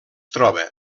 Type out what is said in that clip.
troba